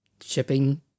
shipping